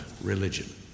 religion